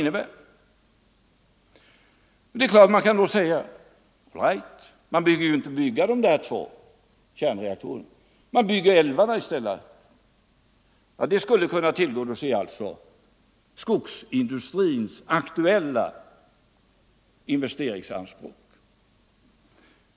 Man kan naturligtvis säga att vi skall avstå från att bygga dessa två kärnreaktorer och i stället bygga ut älvarna. På det sättet skulle vi alltså kunna tillgodose skogsindustrins aktuella investeringsanspråk.